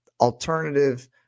alternative